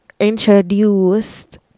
introduced